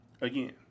Again